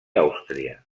àustria